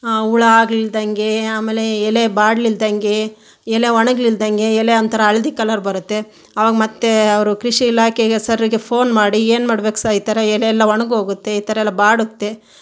ಹುಳ ಆಗ್ಲಿಲ್ದಂಗೆ ಆಮೇಲೆ ಎಲೆ ಬಾಡ್ಲಿಲ್ದಂಗೆ ಎಲೆ ಒಣಗ್ಲಿಲ್ದಂಗೆ ಎಲೆ ಒಂಥರ ಹಳದಿ ಕಲರ್ ಬರುತ್ತೆ ಅವಾಗ ಮತ್ತೆ ಅವರು ಕೃಷಿ ಇಲಾಖೆಗೆ ಸರ್ಗೆ ಫೋನ್ ಮಾಡಿ ಏನು ಮಾಡಬೇಕು ಸರ್ ಈ ಥರ ಎಲೆ ಎಲ್ಲ ಒಣಗೋಗುತ್ತೆ ಈ ಥರ ಎಲ್ಲ ಬಾಡುತ್ತೆ